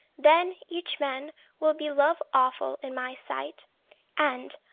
then each man will be love-awful in my sight and,